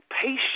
patience